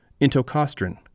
intocostrin